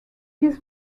his